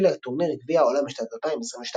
תעפיל לטורניר גביע העולם בשנת 2022,